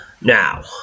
Now